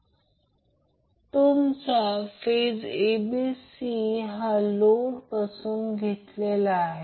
तर या प्रकरणात जर असेच पाहिले तर दिसते की वोल्टेज Van Vbn आणि Vcn घेतले आहे